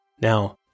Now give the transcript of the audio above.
Now